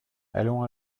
allons